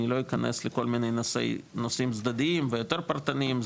אני לא אכנס לכל מיני נושאים צדדיים ויותר פרטניים,